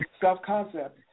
self-concept